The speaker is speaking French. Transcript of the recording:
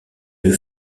une